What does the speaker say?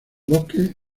bosques